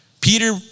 Peter